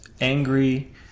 angry